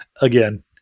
again